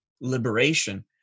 liberation